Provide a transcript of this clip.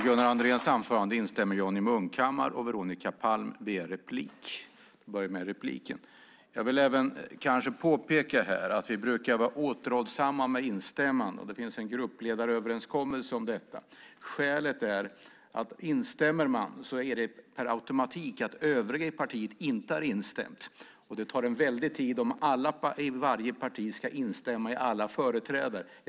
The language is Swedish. Jag vill påpeka att vi brukar vara återhållsamma med instämmanden. Det finns en gruppledaröverenskommelse om detta. Skälet är att om man instämmer innebär det per automatik att övriga i partiet inte har instämt. Det tar väldigt lång tid om alla i varje parti ska instämma i alla företrädares anföranden.